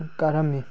ꯀꯥꯔꯝꯃꯤ